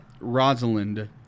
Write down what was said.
Rosalind